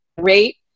Great